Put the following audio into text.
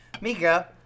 Mika